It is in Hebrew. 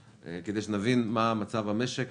כדי שנבין מה מצב המשק